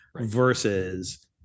versus